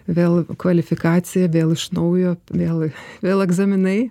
vėl kvalifikacija vėl iš naujo vėl vėl egzaminai